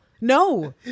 No